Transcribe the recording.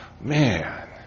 Man